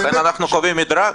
לכן אנחנו קובעים מדרג,